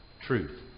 Truth